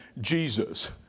Jesus